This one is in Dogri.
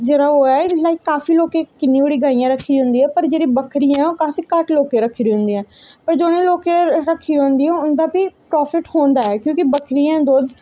जेह्ड़ा ओह् ऐ इयां काफी लोकें किन्नी बड़ी गाइयां रक्खी दियां होंदियां पर जेह्ड़ी बक्करियां ऐ ओह् काफी जादा घट्ट लोकें रक्खी दियां होंदियां पर जि'नें लोकें रक्खी दियां होंदियां उं'दा बी प्राफिट होंदा ऐ क्योंकि बक्करियोें दा दुद्ध